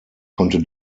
konnte